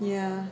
ya